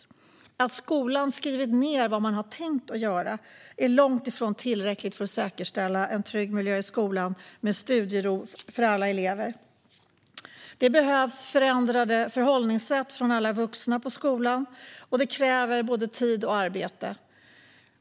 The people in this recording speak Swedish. Att skolan skrivit ned vad man har tänkt göra är långt ifrån tillräckligt för att säkerställa en trygg miljö i skolan med studiero för alla elever. Det behövs förändrade förhållningssätt hos alla vuxna på skolan, och det kräver både tid och arbete.